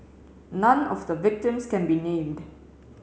none of the victims can be named